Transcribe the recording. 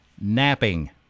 napping